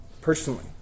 personally